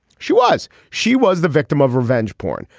she was she was the victim of revenge porn.